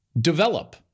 develop